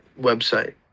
website